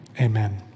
amen